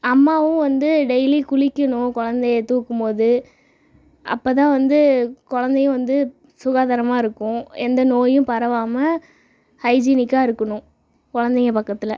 அம்மாவும் வந்து டெய்லி குளிக்கிணும் குழந்தைய தூக்கும் போது அப்போ தான் வந்து குழந்தையும் வந்து சுகாதாரமாக இருக்கும் எந்த நோயும் பரவாமல் ஹைஜீனிக்காக இருக்கணும் குழந்தைங்க பக்கத்தில்